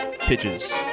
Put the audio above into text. pitches